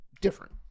different